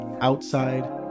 outside